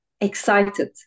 excited